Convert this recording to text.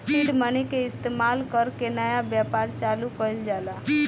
seed money के इस्तमाल कर के नया व्यापार चालू कइल जाला